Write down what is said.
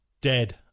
dead